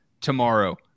tomorrow